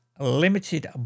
Limited